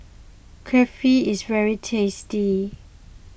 Kulfi is very tasty